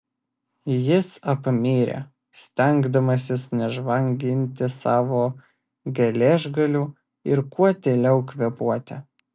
jis apmirė stengdamasis nežvanginti savo geležgalių ir kuo tyliau kvėpuoti